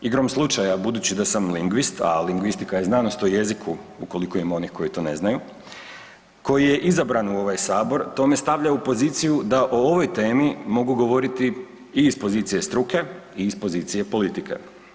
Igrom slučaja budući da sam lingvist, a lingvistika je znanost o jeziku ukoliko ima onih koji to ne znaju, koji je izabran u ovaj Sabor to me stavlja u poziciju da o ovoj temi mogu govoriti i iz pozicije struke i iz pozicije politike.